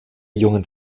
jungen